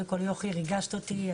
הדס, ריגשת אותי.